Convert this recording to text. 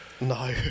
No